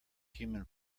human